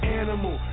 animal